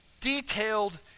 detailed